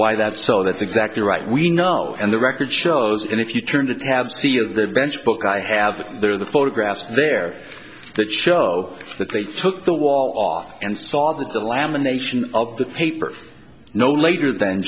why that's so that's exactly right we know and the record shows and if you turn that have see the bench book i have there the photographs there that show that they took the wall off and saw that the lamination of the paper no later than